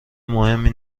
مهمی